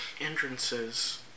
entrances